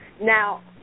Now